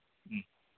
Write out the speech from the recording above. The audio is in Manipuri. ꯎꯝ